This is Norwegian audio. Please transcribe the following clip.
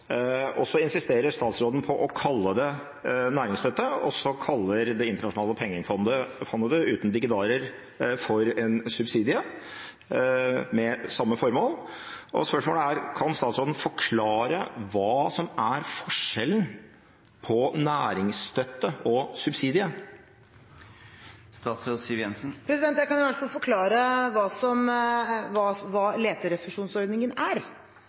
og statsråden insisterer på å kalle det næringsstøtte, og så kaller Det internasjonale pengefondet det – uten dikkedarer – for en subsidie, med samme formål. Spørsmålet er: Kan statsråden forklare hva som er forskjellen på næringsstøtte og subsidie? Jeg kan i hvert fall forklare hva leterefusjonsordningen er. Det er for det første ikke en subsidie. Det er